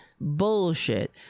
bullshit